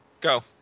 Go